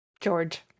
George